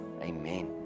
amen